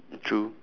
true